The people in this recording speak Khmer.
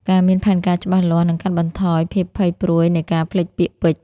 ការមានផែនការច្បាស់លាស់នឹងកាត់បន្ថយភាពភ័យព្រួយនៃការភ្លេចពាក្យពេចន៍។